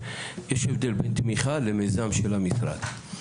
יש הבדל בין תמיכה למיזם של המשרד,